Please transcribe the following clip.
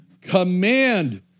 command